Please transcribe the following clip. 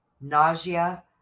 nausea